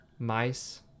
Mice